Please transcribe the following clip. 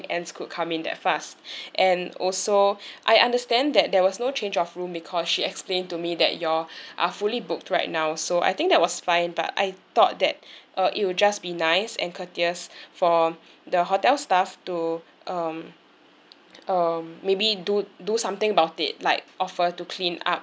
ants could come in that fast and also I understand that there was no change of room because she explained to me that you all are fully booked right now so I think that was fine but I thought that uh it would just be nice and courteous for the hotel staff to um um maybe do do something about it like offer to clean up